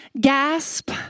Gasp